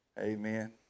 Amen